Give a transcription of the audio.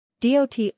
DOT